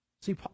see